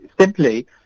simply